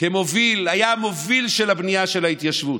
מוביל, המוביל של הבנייה של ההתיישבות.